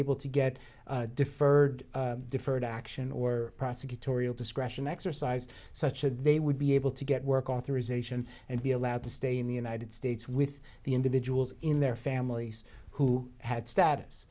able to get deferred deferred action or prosecutorial discretion exercised such as they would be able to get work authorization and be allowed to stay in the united states with the individuals in their families who had